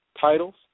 titles